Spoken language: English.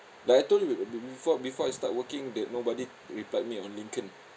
like I told you before before I start working that nobody replied me on linkedin